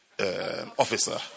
Officer